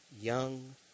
young